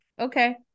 okay